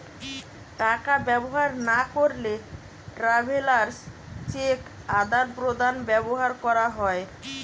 টাকা ব্যবহার না করলে ট্রাভেলার্স চেক আদান প্রদানে ব্যবহার করা হয়